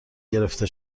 گرفته